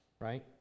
Right